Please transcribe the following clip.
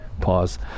Pause